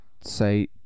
say